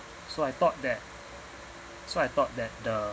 so I thought that so I thought that the